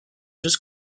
just